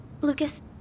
Lucas